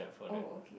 oh okay